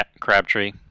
Crabtree